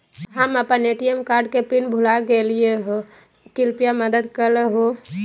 हम अप्पन ATM card के पिन भुला गेलिओ हे कृपया मदद कर हो